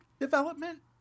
development